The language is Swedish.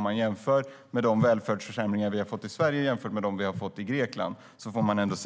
Om man jämför de välfärdsförsämringar som vi har fått i Sverige med dem som har skett i Grekland har